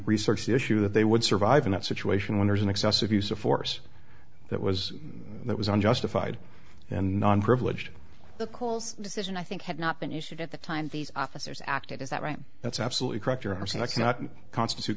researched the issue that they would survive in that situation when there's an excessive use of force that was that was unjustified and non privileged the calls decision i think had not been issued at the time these officers acted is that right that's absolutely correct you're